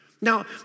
Now